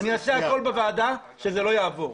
אעשה הכול בוועדה שזה לא יעבור.